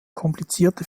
komplizierte